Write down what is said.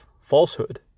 falsehood